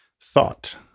thought